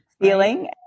feeling